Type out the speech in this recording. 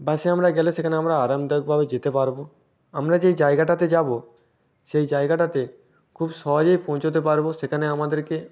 বাসে আমরা গেলে সেখানে আমরা আরামদায়কভাবে যেতে পারব আমরা যে জায়গাটাতে যাব সেই জায়গাটাতে খুব সহজেই পৌঁছাতে পারব সেখানে আমাদেরকে